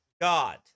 God